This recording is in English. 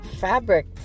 fabric